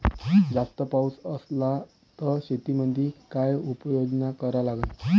जास्त पाऊस असला त शेतीमंदी काय उपाययोजना करा लागन?